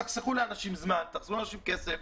זה יחסוך לאנשים זמן, זה יחסוך כסף,